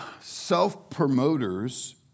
self-promoters